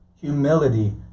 humility